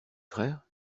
frère